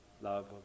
love